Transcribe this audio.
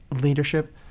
leadership